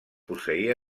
posseïa